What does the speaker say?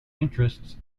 interests